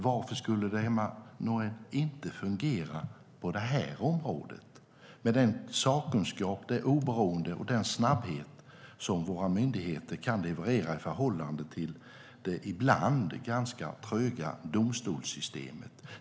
Varför, Emma Nohrén, skulle det inte fungera på det här området med den sakkunskap, det oberoende och den snabbhet som våra myndigheter kan leverera i förhållande till det ibland ganska tröga domstolssystemet?